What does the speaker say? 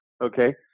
Okay